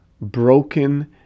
broken